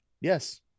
Yes